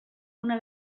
una